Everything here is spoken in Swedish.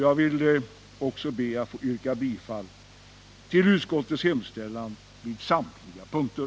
Jag vill också be att få yrka bifall till utskottets hemställan på samtliga punkter.